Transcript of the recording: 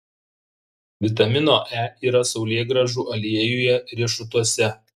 vitamino e yra saulėgrąžų aliejuje riešutuose